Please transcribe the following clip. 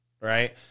right